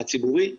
הציבורי,